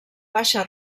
baixa